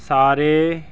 ਸਾਰੇ